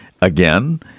again